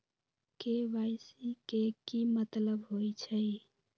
KYC के कि मतलब होइछइ?